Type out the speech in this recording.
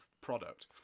product